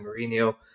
Mourinho